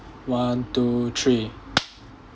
one two three